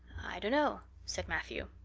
i dunno, said matthew.